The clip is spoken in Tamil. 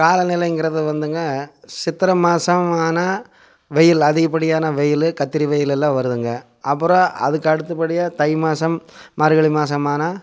காலநிலைங்குறது வந்துங்க சித்தரை மாதம் ஆனால் வெயில் அதிகப்படியான வெயில் கத்திரி வெயிலுயெல்லாம் வருதுங்க அப்பறம் அதுக்கு அடுத்தபடியாக தை மாதம் மார்கழி மாதம் ஆனால்